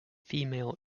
female